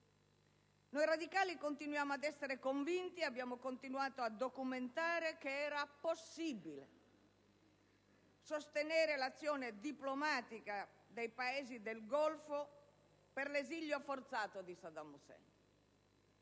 Noi radicali continuiamo ad essere convinti ed abbiamo continuato a documentare che era possibile sostenere l'azione diplomatica dei Paesi del Golfo per l'esilio forzato di Saddam Hussein